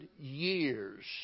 years